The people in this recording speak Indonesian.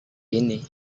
ini